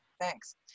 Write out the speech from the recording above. thanks